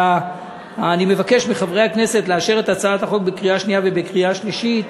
אני מבקש מחברי הכנסת לאשר את הצעת החוק בקריאה שנייה ובקריאה שלישית,